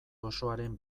osoaren